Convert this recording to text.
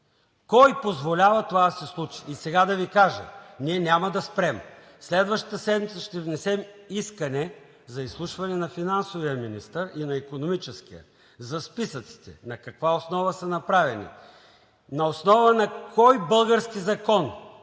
Кой позволява това да се случи? И сега да Ви кажа: ние няма да спрем. Следващата седмица ще внесем искане за изслушване на финансовия министър и на икономическия за списъците – на каква основа са направени, на основа на кой български закон